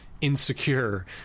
insecure